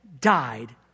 died